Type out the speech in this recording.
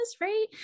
right